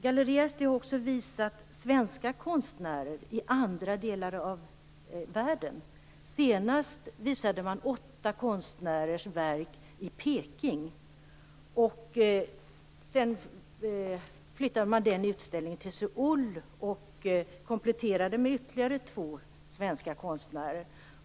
Galleri Astley har också visat svenska konstnärers verk i andra delar av världen. Senast visade man åtta konstnärers verk i Peking. Sedan flyttade man den utställningen till Söul och kompletterade den med ytterligare två svenska konstnärer.